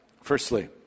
Firstly